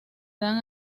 dan